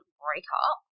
breakup